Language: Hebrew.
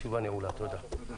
תודה.